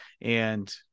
and-